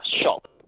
shop